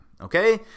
Okay